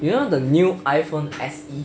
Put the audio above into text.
you know the new iphone S_E